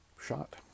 shot